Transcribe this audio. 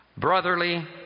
Brotherly